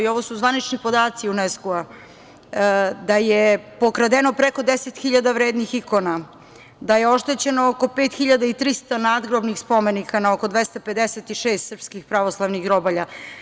Ovo su zvanični podaci UNESCO-a, da je pokradeno preko 10.000 vrednih ikona, da je oštećeno oko 5.300 nadgrobnih spomenika na oko 256 srpskih pravoslavnih grobalja.